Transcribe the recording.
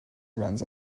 runs